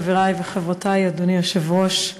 חברי וחברותי, אדוני היושב-ראש,